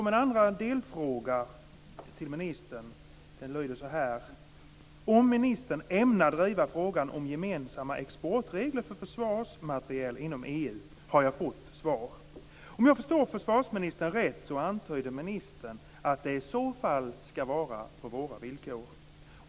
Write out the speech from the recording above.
Min andra delfråga till ministern lyder så här: Ämnar ministern driva frågan om gemensamma exportregler för försvarsmateriel inom EU? Den har jag fått svar på. Om jag förstår försvarsministern rätt antyder ministern att det i så fall skall vara på våra villkor.